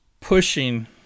pushing